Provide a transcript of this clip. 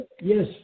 Yes